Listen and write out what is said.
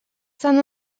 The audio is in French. san